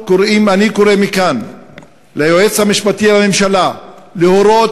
אני קורא מכאן ליועץ המשפטי לממשלה להורות